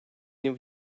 new